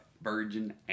Virgin